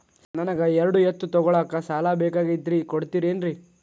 ನನಗ ಎರಡು ಎತ್ತು ತಗೋಳಾಕ್ ಸಾಲಾ ಬೇಕಾಗೈತ್ರಿ ಕೊಡ್ತಿರೇನ್ರಿ?